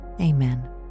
Amen